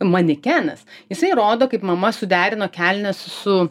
manekenas jisai rodo kaip mama suderino kelnes su